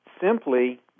simply